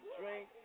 drink